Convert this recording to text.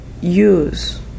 use